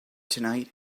tonight